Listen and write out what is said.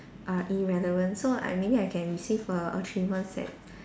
are irrelevant so I maybe I can receive a achievement set